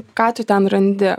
ką tu ten randi